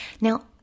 Now